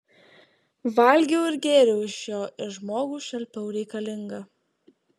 valgiau ir gėriau iš jo ir žmogų šelpiau reikalingą